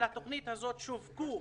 בתוכנית הזאת שווקו